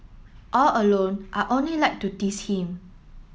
all along I only like to tease him